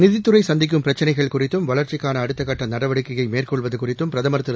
நிதித்துறைசந்திக்கும் பிரச்சினைகள் குறித்தும் வளர்ச்சிக்கானஅடுத்தக்கட்டநடவடிக்கையைமேற்கொள்வதுகுறித்தும் பிரதமர் திரு